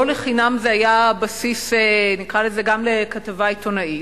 לא לחינם זה היה בסיס גם לכתבה עיתונאית,